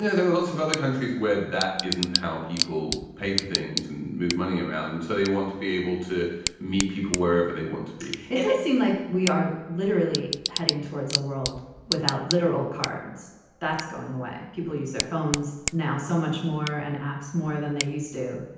yeah there are lots of other countries where that isn't how people pay for things and move money around. and so they want to be able to meet people wherever they want to be it does seem like we are literally heading towards a world without literal cards that's going away. people use their phones now so much more and apps more than they used to.